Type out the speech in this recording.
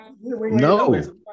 No